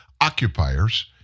occupiers